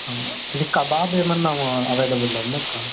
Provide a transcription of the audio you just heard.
ఇది కబాబ్ ఏమైనా అవైలబుల్లో ఉందా అక్క